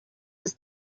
was